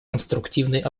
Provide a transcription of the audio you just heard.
конструктивной